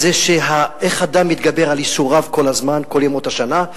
איך אדם מתגבר על ייסוריו כל הזמן, כל ימות השנה.